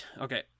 okay